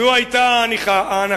זו היתה ההנחה,